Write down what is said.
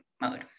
mode